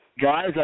Guys